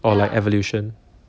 or like evolution you know I know of